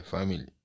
Family